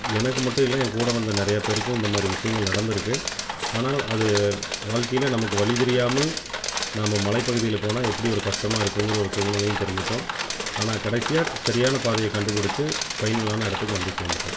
எனக்கு மட்டும் இல்லை என் கூட வந்த நிறைய பேருக்கும் இந்தமாதிரி விஷயங்கள் நடந்திருக்கு ஆனால் அது வாழ்க்கையில் நமக்கு வழி தெரியாமல் நாம் மலை பகுதியில் போனால் எப்படி ஒரு கஷ்டமாக இருக்குங்கிற ஒரு சூழ்நிலையையும் தெரிஞ்சிகிட்டோம் ஆனால் கடைசியாக சரியான பாதையை கண்டுபிடிச்சி ஃபைனலான இடத்துக்கு வந்து சேர்ந்துட்டோம்